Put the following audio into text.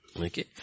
Okay